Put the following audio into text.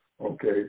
Okay